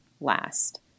last